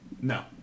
No